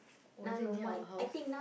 was it near our house